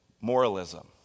moralism